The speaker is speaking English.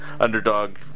Underdog